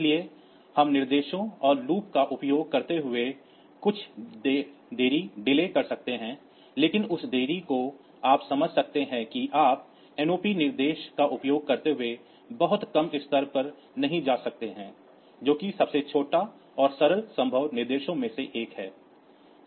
इसलिए हम निर्देशों और लूप का उपयोग करते हुए कुछ देरी कर सकते हैं लेकिन उस देरी को आप समझ सकते हैं कि आप NOP निर्देश का उपयोग करते हुए बहुत कम स्तर पर नहीं जा सकते हैं जो कि सबसे छोटे और सरल संभव निर्देशों में से एक है